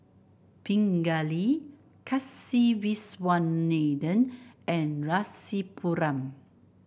Pingali Kasiviswanathan and Rasipuram